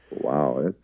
Wow